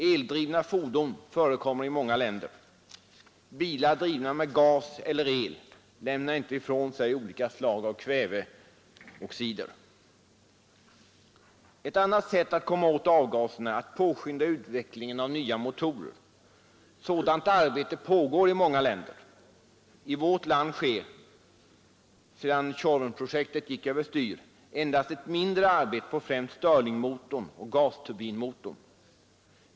Eldrivna fordon förekommer i många länder. Bilar drivna med gas eller elektricitet lämnar inte ifrån sig olika slag av kväveoxider. Ett annat sätt att komma åt avgaserna är att påskynda utvecklingen av nya motorer. Sådant arbete pågår i många länder. I vårt land sker — sedan Tjorvenprojektet gick över styr — endast ett mindre arbete på främst stirlingmotorn och gasturbinmotorn.